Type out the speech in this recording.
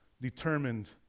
determined